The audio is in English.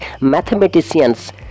mathematicians